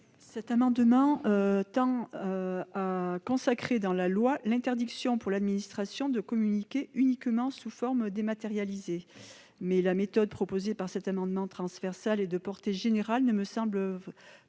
Cet amendement tend à consacrer dans la loi l'interdiction pour l'administration de communiquer uniquement sous forme dématérialisée. Cependant, la méthode proposée par cet amendement, transversal et de portée générale, ne me semble pas